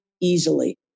easily